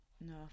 No